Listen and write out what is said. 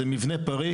זה מבנה פריק,